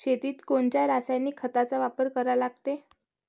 शेतीत कोनच्या रासायनिक खताचा वापर करा लागते?